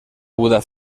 buda